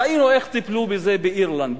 ראינו איך טיפלו בזה באירלנד.